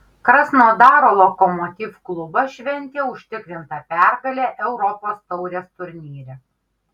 krasnodaro lokomotiv klubas šventė užtikrintą pergalę europos taurės turnyre